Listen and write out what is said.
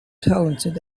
talented